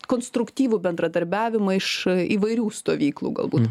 konstruktyvų bendradarbiavimą iš įvairių stovyklų galbūt